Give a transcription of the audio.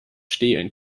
stehlen